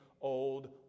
old